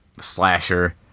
slasher